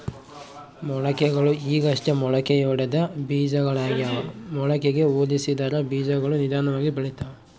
ಮೊಳಕೆಗಳು ಈಗಷ್ಟೇ ಮೊಳಕೆಯೊಡೆದ ಬೀಜಗಳಾಗ್ಯಾವ ಮೊಳಕೆಗೆ ಹೋಲಿಸಿದರ ಬೀಜಗಳು ನಿಧಾನವಾಗಿ ಬೆಳಿತವ